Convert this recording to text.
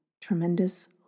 tremendous